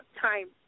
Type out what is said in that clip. time